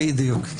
בדיוק.